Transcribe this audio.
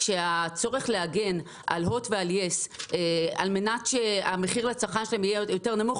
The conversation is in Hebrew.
הצורך להגן על הוט ועל יס כדי שהמחיר לצרכן שלהם יהיה יותר נמוך,